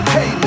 Hey